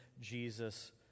Jesus